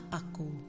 aku